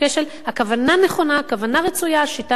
הכוונה נכונה, הכוונה רצויה, השיטה לא נכונה.